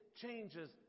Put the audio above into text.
changes